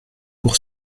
pour